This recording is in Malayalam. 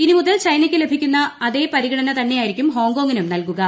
ഇനി മുതൽ ചൈനയ്ക്ക് ലഭിക്കുന്ന അതേ പരിഗ്ണന തന്നെയായിരിക്കും ഹോങ്കോങിനും നൽകുക